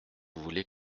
voulais